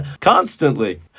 constantly